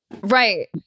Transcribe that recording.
right